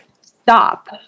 stop